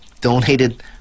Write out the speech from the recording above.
donated